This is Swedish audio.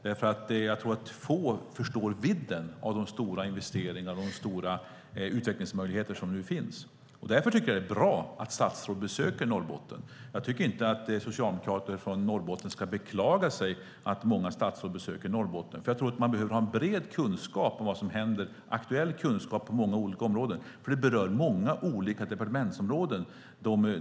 Det är nog få som förstår vidden av de stora investeringar och utvecklingsmöjligheter som finns. Därför är det bra att statsråd besöker Norrbotten. Jag tycker inte att socialdemokrater från Norrbotten ska beklaga sig över att många statsråd besöker Norrbotten. Vi behöver ha en bred aktuell kunskap om vad som händer, för de positiva utmaningar Norrbotten står inför berör många olika departementsområden.